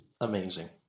amazing